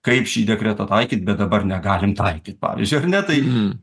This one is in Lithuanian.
kaip šį dekretą taikyt bet dabar negalim taikyt pavyzdžiui ar ne tai